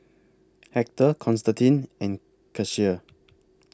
Hector Constantine and Kecia